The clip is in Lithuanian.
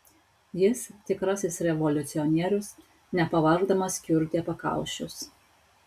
jis tikrasis revoliucionierius nepavargdamas kiurdė pakaušius